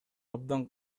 абдан